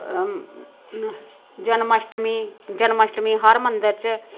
जन्माष्टमी जन्माष्टमी हर मंदर च